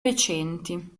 recenti